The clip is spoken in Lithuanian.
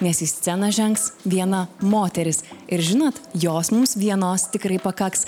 nes į sceną žengs viena moteris ir žinot jos mums vienos tikrai pakaks